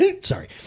Sorry